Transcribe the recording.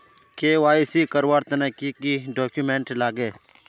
KYC करवार तने की की डॉक्यूमेंट लागे?